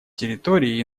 территории